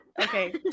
Okay